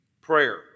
prayer